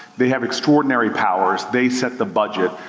they have extraordinary powers, they set the budget.